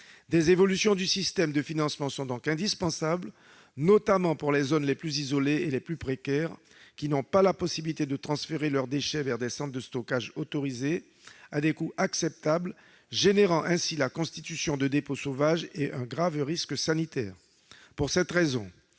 Des évolutions du système de financement sont donc indispensables, notamment pour les zones les plus isolées et les plus précaires. Ces dernières n'ont pas la possibilité de transférer leurs déchets vers des centres de stockage autorisés à des coûts acceptables, ce qui entraîne la constitution de dépôts sauvages et un grave risque sanitaire. Pour cette raison,